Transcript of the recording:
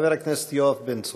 חבר הכנסת יואב בן צור.